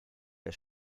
der